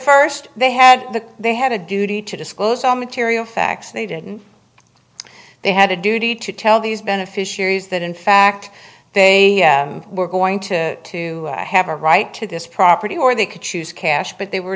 first they had the they had a duty to disclose all material facts they didn't they had a duty to tell these beneficiaries that in fact they were going to to have a right to this property or they could choose cash but they were